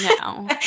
No